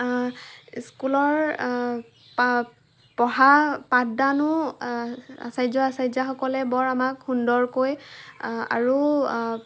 স্কুলৰ পঢ়া পাঠদানো আচাৰ্য্য আচাৰ্য্যাসকলে বৰ আমাক সুন্দৰকৈ আৰু